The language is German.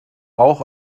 auch